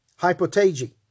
hypotage